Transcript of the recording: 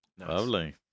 Lovely